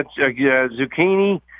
zucchini